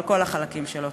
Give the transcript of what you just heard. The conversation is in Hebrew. על כל החלקים שלו.